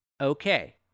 Okay